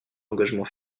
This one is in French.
engagement